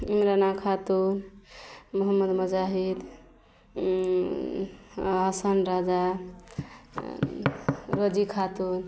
Imrana Khatun Muhammad Mujahid Hasan Raja Roji Khatun